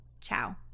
Ciao